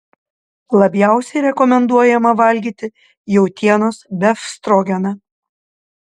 labiausiai rekomenduojama valgyti jautienos befstrogeną